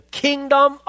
kingdom